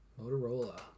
Motorola